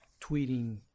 tweeting